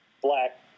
black